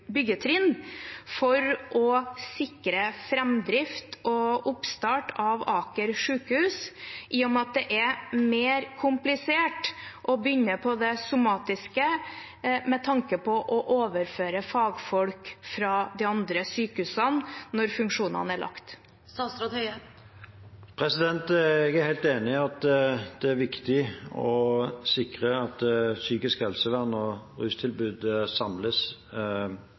byggetrinn for å sikre framdrift og oppstart av Aker sykehus, i og med at det er mer komplisert å begynne på det somatiske med tanke på å overføre fagfolk fra de andre sykehusene når funksjonene er lagt? Jeg er helt enig i at det er viktig å sikre at psykisk helsevern og rustilbud samles,